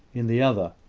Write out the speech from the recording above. in the other.